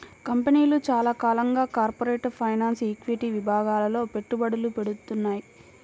కంపెనీలు చాలా కాలంగా కార్పొరేట్ ఫైనాన్స్, ఈక్విటీ విభాగాల్లో పెట్టుబడులు పెడ్తున్నాయి